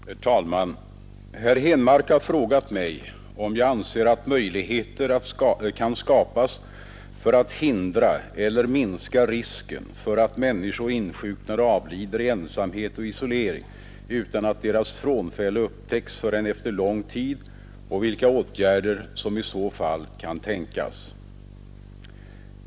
Herr talman! Herr Henmark har frågat mig om jag anser att möjligheter kan skapas för att hindra eller minska risken för att människor insjuknar och avlider i ensamhet och isolering utan att deras frånfälle upptäcks förrän efter lång tid och vilka åtgärder som i så fall kan tänkas.